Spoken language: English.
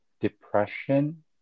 depression